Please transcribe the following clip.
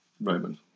Roman